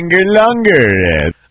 longer